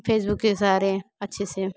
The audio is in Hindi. फेसबुक के सहारे अच्छे से